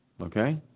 okay